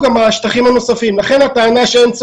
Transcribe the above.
לא --- אבל כפי שנאמר כאן על ידי עופר כסיף ועל ידי אחרים,